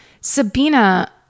Sabina